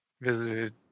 visited